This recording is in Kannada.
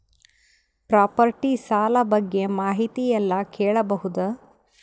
ಪ್ರಾಪರ್ಟಿ ಸಾಲ ಬಗ್ಗೆ ಮಾಹಿತಿ ಎಲ್ಲ ಕೇಳಬಹುದು?